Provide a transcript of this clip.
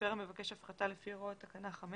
מפר המבקש הפחתה לפי הוראות תקנה 5